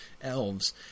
elves